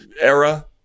era